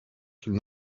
qu’ils